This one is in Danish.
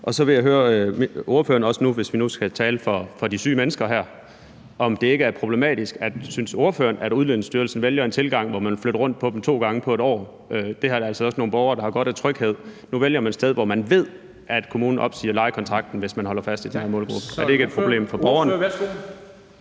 Og så vil jeg høre, hvis vi nu skal tale for de syge mennesker her, om ordføreren ikke synes, at det er problematisk, at Udlændingestyrelsen vælger en tilgang, hvor man flytter rundt på dem to gange på et år. Der er også nogle borgere, der har godt af tryghed. Nu vælger man et sted, hvor man ved, at kommunen opsiger lejekontrakten, hvis man holder fast i den her målgruppe. Er det ikke et problem for borgerne?